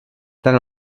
tant